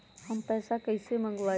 हम पैसा कईसे मंगवाई?